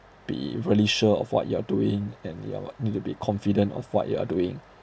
be really sure of what you are doing and you are what need to be confident of what you are doing